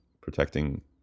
protecting